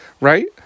Right